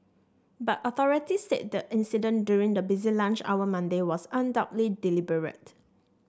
but authorities said the incident during the busy lunch hour Monday was undoubtedly deliberate